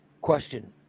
Question